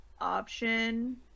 option